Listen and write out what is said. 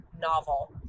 novel